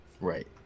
right